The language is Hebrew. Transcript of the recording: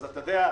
אז יגידו לי: